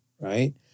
Right